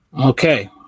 Okay